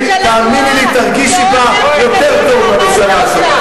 יותר טוב מבממשלה הזאת.